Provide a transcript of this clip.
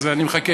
אז אני מחכה.